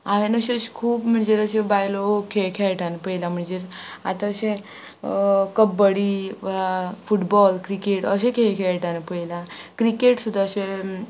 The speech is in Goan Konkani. हांवें अशें खूब म्हणजे अश्यो बायलो खेळ खेळटना पळयला म्हणजे आतां अशें कब्बडी वा फुटबॉल क्रिकेट अशे खेळ खेळटना पळयला क्रिकेट सुद्दां अशे